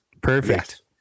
Perfect